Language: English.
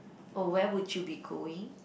oh where would you be going